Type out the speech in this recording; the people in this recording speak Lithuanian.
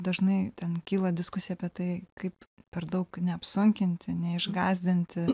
dažnai ten kyla diskusija apie tai kaip per daug neapsunkinti neišgąsdinti